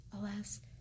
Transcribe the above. Alas